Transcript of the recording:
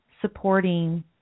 supporting